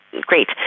Great